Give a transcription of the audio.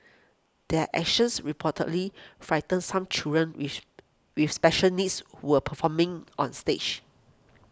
their actions reportedly frightened some children with with special needs who were performing on stage